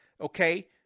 Okay